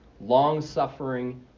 Long-suffering